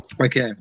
Okay